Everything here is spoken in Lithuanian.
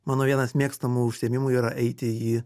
mano vienas mėgstamų užsiėmimų yra eiti į